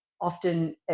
often